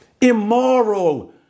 immoral